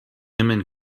and